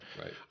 Right